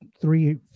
three